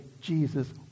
Jesus